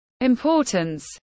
importance